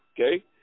okay